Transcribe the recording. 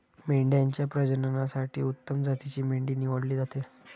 मेंढ्यांच्या प्रजननासाठी उत्तम जातीची मेंढी निवडली जाते